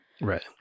right